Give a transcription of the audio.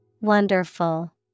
Wonderful